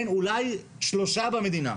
אולי שלושה במדינה.